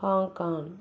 Hong Kong